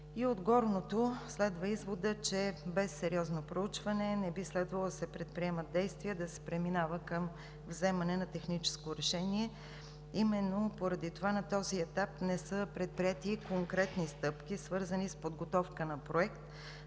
От горното следва изводът, че без сериозно проучване не би следвало да се предприемат действия да се преминава към вземане на техническо решение. Именно поради това на този етап не са предприети конкретни стъпки, свързани с подготовка на проект